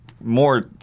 More